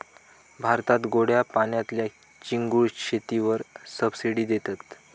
भारतात गोड्या पाण्यातल्या चिंगूळ शेतीवर सबसिडी देतत